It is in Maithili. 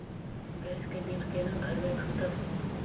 गैस के बिल केना भरबै खाता से?